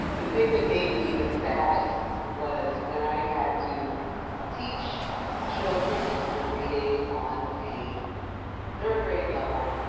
the thing that made me the saddest was when i had to teach children who were reading on a third-grade level,